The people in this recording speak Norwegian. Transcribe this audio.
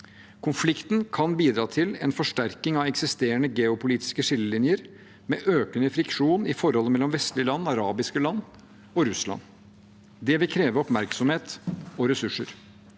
Konflikten kan bidra til en forsterkning av eksisterende geopolitiske skillelinjer – med økende friksjon i forholdet mellom vestlige land, arabiske land og Russland. Det vil kreve oppmerksomhet og ressurser.